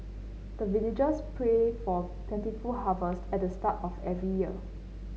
the villagers pray for plentiful harvest at the start of every year